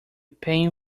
pain